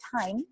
time